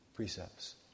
Precepts